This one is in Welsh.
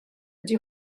ydy